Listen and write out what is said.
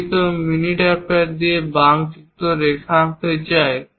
যদি কেউ mini drafter দিয়ে একটি বাঁকযুক্ত রেখা আঁকতে চায়